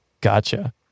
Gotcha